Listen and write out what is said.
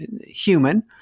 human